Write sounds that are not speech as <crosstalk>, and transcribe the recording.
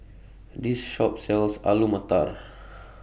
This Shop sells Alu Matar <noise>